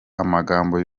amagambo